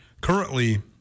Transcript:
currently